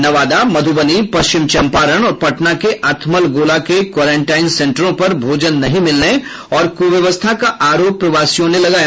नवादा मध्रबनी पश्चिम चंपारण और पटना के अथमलगोला के क्वारेंटाईन सेंटरों पर भोजन नहीं मिलने और कुव्यवस्था का आरोप प्रवासियों ने लगाया